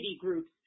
groups